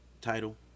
Title